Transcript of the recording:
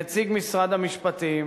נציג משרד המשפטים,